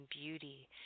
beauty